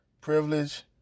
privilege